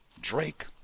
Drake